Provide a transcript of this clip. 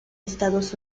estados